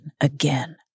again